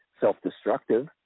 self-destructive